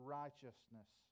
righteousness